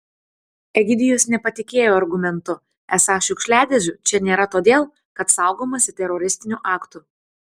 egidijus nepatikėjo argumentu esą šiukšliadėžių čia nėra todėl kad saugomasi teroristinių aktų